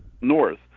north